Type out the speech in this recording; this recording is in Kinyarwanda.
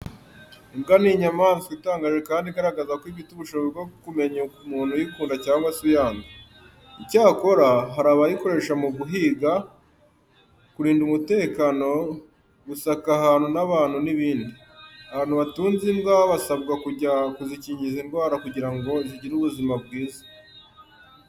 Imbwa ni inyamaswa itangaje kandi igaragaza ko ifite ubushobozi bwo kumenya umuntu uyikunda cyangwa se uyanga. Icyakora, hari abayikoresha mu guhiga, kurinda umutekano, gusaka ahantu n'abantu n'ibindi. Abantu batunze imbwa basabwa kujya kuzikingiza indwara kugira ngo zigire ubuzima bwiza.